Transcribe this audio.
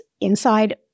inside